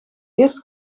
eerst